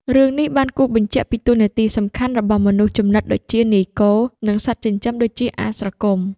រឿងនេះបានគូសបញ្ជាក់ពីតួនាទីសំខាន់របស់មនុស្សជំនិតដូចជា នាយគោ និងសត្វចិញ្ចឹមដូចជា អាស្រគំ។